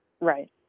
Right